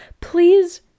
please